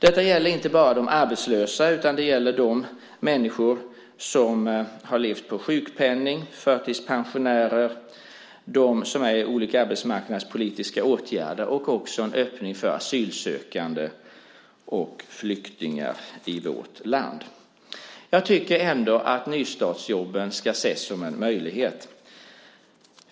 Detta gäller inte bara de arbetslösa utan också dem som har levt på sjukpenning, dem som är förtidspensionärer och dem som är i olika arbetsmarknadspolitiska åtgärder. Det är också en öppning för asylsökande och flyktingar i vårt land. Nystartsjobben ska ändå ses som en möjlighet.